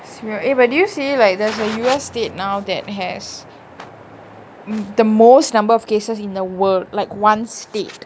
sure eh but did you see like there's a U_S state now that has the most number of cases in the world like one state